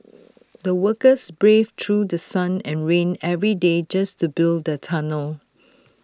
the workers braved through sun and rain every day just to build the tunnel